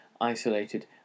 isolated